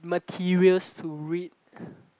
materials to read